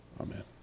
Amen